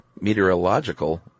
meteorological